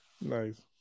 nice